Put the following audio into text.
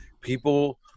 people